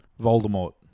Voldemort